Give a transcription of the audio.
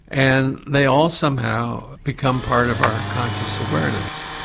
and they all somehow become part of our conscious awareness,